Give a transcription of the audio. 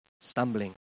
stumbling